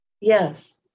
Yes